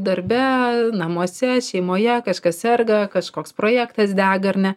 darbe namuose šeimoje kažkas serga kažkoks projektas dega ar ne